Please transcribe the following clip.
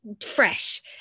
fresh